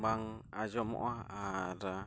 ᱵᱟᱝ ᱟᱸᱡᱚᱢᱚᱜᱼᱟ ᱟᱨ